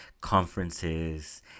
conferences